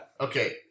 Okay